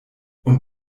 und